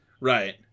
Right